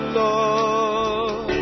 love